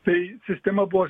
tai sistema buvo